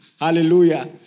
hallelujah